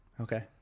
Okay